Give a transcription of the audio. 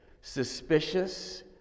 suspicious